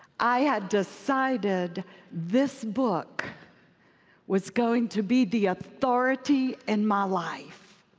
i had decided this book was going to be the authority in my life.